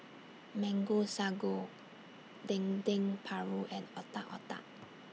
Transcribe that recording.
Mango Sago Dendeng Paru and Otak Otak